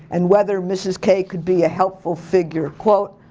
and whether mrs. k could be a helpful figure. quote.